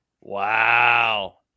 wow